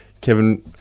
Kevin